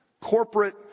corporate